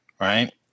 right